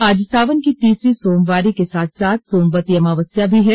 आज सावन की तीसरी सोमवारी के साथ साथ सोमवती अमावस्या भी है